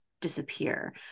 disappear